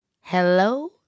Hello